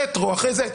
רטרו אחרי זה,